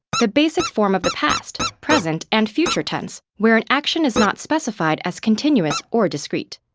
the basic form of the past, present, and future tense, where an action is not specified as continuous or discrete.